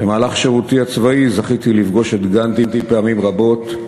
במהלך שירותי הצבאי זכיתי לפגוש את גנדי פעמים רבות,